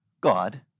God